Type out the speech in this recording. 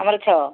ଆମର ଛଅ